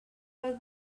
was